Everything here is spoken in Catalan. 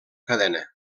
cadena